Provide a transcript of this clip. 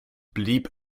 blieb